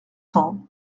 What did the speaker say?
cents